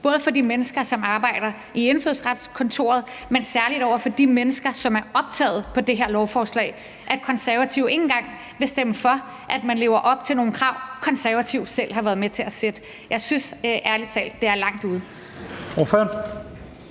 til de mennesker, som arbejder i Indfødsretskontoret, men særligt i forhold til de mennesker, som er optaget på det her lovforslag, at Konservative ikke engang vil stemme for, når ansøgerne lever op til nogle krav, Konservative selv har været med til at sætte. Jeg synes ærlig talt, det er langt ude.